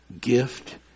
gift